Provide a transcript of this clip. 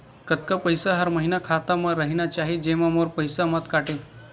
कतका पईसा हर महीना खाता मा रहिना चाही जेमा मोर पईसा मत काटे?